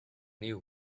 new